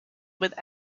with